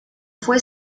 fue